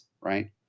right